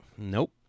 Nope